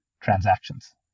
transactions